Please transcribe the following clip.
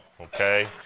okay